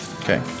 Okay